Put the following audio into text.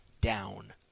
Down